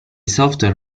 software